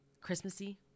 Christmassy